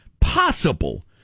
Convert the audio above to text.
possible